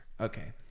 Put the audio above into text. okay